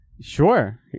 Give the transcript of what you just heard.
Sure